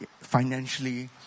financially